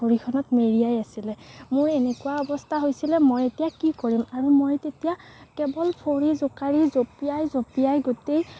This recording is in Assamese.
ভৰিখনত মেৰিয়াই আছিলে মোৰ এনেকুৱা অৱস্থা হৈছিলে মই এতিয়া কি কৰিম আৰু মই তেতিয়া কেৱল ভৰি জোকাৰি জঁপিয়াই জঁপিয়াই গোটেই